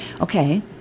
Okay